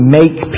make